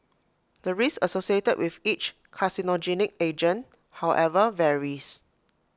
the risk associated with each carcinogenic agent however varies